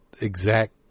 exact